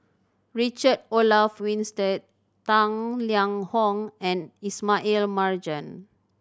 Richard Olaf Winstedt Tang Liang Hong and Ismail Marjan